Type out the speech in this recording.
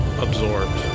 absorbed